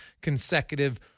consecutive